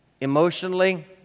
emotionally